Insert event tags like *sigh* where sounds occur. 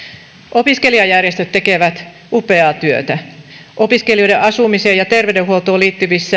opiskelijajärjestöt tekevät upeaa työtä opiskelijoiden asumiseen ja terveydenhuoltoon liittyvien *unintelligible*